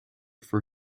for